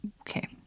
okay